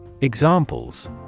Examples